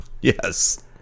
Yes